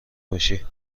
باشی